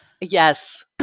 Yes